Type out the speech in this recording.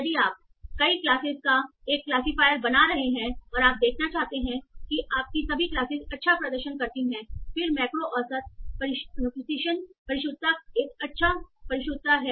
यदि आप कई क्लासेस का एक क्लासिफायरियर बना रहे हैं और आप देखना चाहते हैं कि आपकी सभी क्लासेस अच्छा प्रदर्शन करती हैं फिर मैक्रो औसत परिशुद्धता एक अच्छा परिशुद्धता है